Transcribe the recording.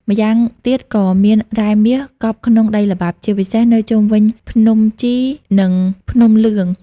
ម្យ៉ាងទៀតក៏មាន រ៉ែមាស កប់ក្នុងដីល្បាប់ ជាពិសេសនៅជុំវិញភ្នំជី និងភ្នំលឿង។